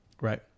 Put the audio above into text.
Right